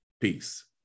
Peace